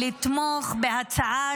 ותומכים בהצעה,